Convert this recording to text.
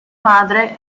madre